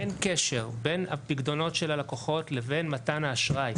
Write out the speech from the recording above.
אין קשר בין הפיקדונות של הלקוחות לבין מתן האשראי,